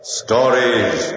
stories